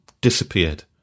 disappeared